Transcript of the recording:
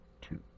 two